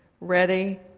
ready